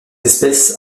espèces